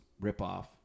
ripoff